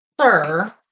Sir